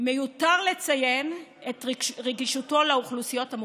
מיותר לציין את רגישותו לאוכלוסיות המוחלשות,